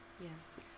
yes